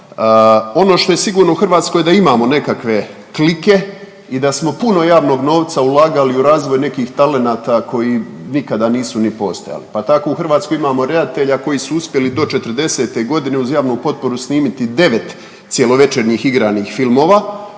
Ono što je sigurno u Hrvatskoj je da imamo nekakve klike i da smo puno javnog novca ulagali u razvoj nekih talenata koji nikada nisu ni postojali pa tako u Hrvatskoj imamo redatelja koji su uspjeli do 40. godine uz javnu potporu snimiti 9 cjelovečernjih igranih filmova,